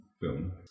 film